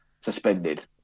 suspended